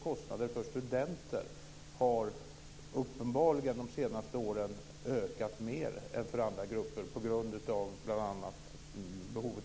Kostnaderna för studenter har uppenbarligen ökat mer de senaste åren än för andra grupper på grund av bl.a.